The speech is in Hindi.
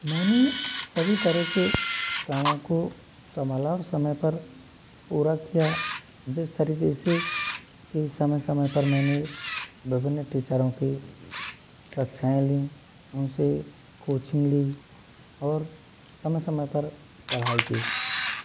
मैंने सभी तरह के कामों को संभाला और समय पर पूरा किया जिस तरीके से कि समय समय पर मैंने विभिन्न टीचरों की कक्षाएँ लीं उनसे कोचिंग ली और समय समय पर पढ़ाई की